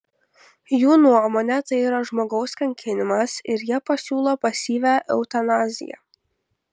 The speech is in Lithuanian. jų nuomone tai yra žmogaus kankinimas ir jie pasiūlo pasyvią eutanaziją